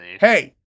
Hey